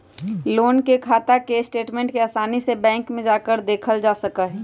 loan के खाता के स्टेटमेन्ट के आसानी से बैंक में जाकर देखल जा सका हई